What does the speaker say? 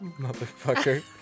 Motherfucker